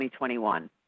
2021